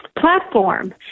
platform